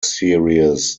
series